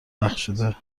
بخشیده